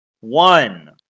one